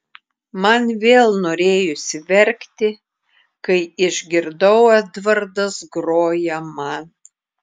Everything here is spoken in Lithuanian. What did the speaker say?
man vėl norėjosi verkti kai išgirdau edvardas groja man